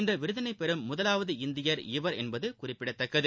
இந்த விருதினைப் பெறும் முதலாவது இந்தியர் இவர் என்பது குறிப்பிடத்தக்கது